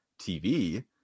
tv